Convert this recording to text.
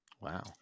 Wow